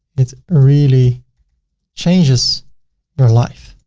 it's really changes your life.